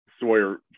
Sawyer